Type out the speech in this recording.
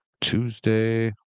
Tuesday